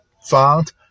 found